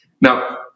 Now